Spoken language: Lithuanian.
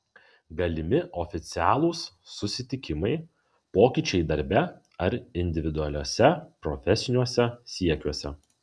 galimi oficialūs susitikimai pokyčiai darbe ar individualiuose profesiniuose siekiuose